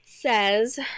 says